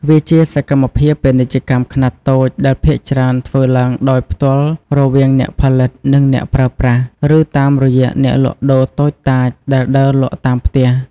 វាជាសកម្មភាពពាណិជ្ជកម្មខ្នាតតូចដែលភាគច្រើនធ្វើឡើងដោយផ្ទាល់រវាងអ្នកផលិត និងអ្នកប្រើប្រាស់ ឬតាមរយៈអ្នកលក់ដូរតូចតាចដែលដើរលក់តាមផ្ទះ។